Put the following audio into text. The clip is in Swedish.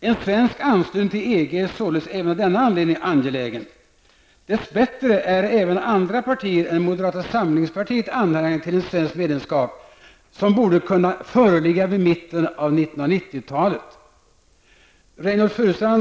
En svensk anslutning till EG är således även av den anledningen angelägen. Dess bättre är numera även andra partier än moderata samlingspartiet anhängare till ett svenskt medlemskap, som borde kunna bli verklighet vid mitten 1990-talet.